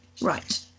Right